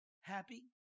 happy